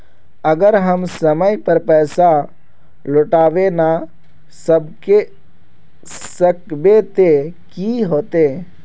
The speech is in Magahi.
अगर हम समय पर पैसा लौटावे ना सकबे ते की होते?